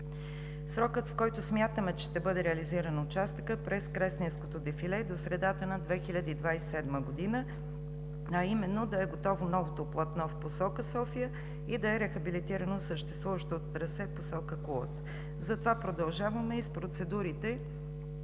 Срокът, в който смятаме, че ще бъде реализиран участъкът през Кресненското дефиле, е до средата на 2027 г., а именно да е готово новото платно в посока София и да е рехабилитирано съществуващото трасе в посока Кулата. Затова продължаваме и с процедурите